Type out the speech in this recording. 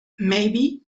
maybe